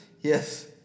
yes